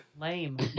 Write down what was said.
Lame